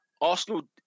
Arsenal